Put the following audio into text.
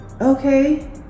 Okay